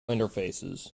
interfaces